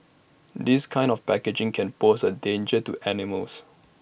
this kind of packaging can pose A danger to animals